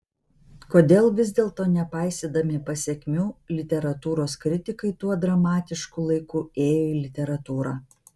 kodėl vis dėlto nepaisydami pasekmių literatūros kritikai tuo dramatišku laiku ėjo į literatūrą